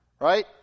right